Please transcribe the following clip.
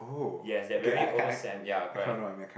yes that very old scent ya correct